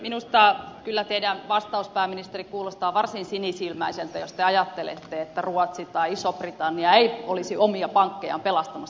minusta kyllä teidän vastauksenne pääministeri kuulostaa varsin sinisilmäiseltä jos te ajattelette että ruotsi tai iso britannia eivät olisi omia pankkejaan pelastamassa